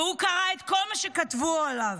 הוא קרא את כל מה שכתבו עליו,